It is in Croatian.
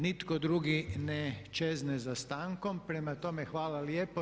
Nitko drugi ne čezne za stankom, prema tome hvala lijepo.